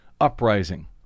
uprising